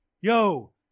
Yo